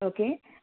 okay